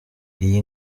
iyi